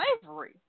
slavery